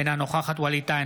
אינה נוכחת ווליד טאהא,